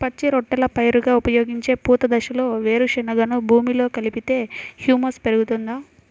పచ్చి రొట్టెల పైరుగా ఉపయోగించే పూత దశలో వేరుశెనగను భూమిలో కలిపితే హ్యూమస్ పెరుగుతుందా?